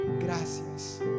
gracias